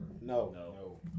No